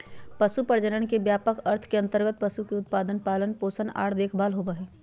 पशु प्रजनन के व्यापक अर्थ के अंतर्गत पशु के उत्पादन, पालन पोषण आर देखभाल होबई हई